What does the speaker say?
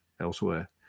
elsewhere